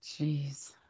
Jeez